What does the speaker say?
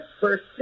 first